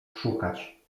szukać